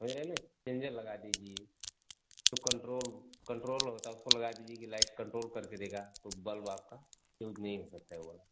समझ रहे ना चेंजर लगा दीजिए तो कंट्रोल कंट्रोल होता है उसको लगा दीजिए कि लाइट कंट्रोल करके देगा तो बल्ब आपका फ्यूज नहीं हो सकता है वो बल्ब